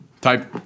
type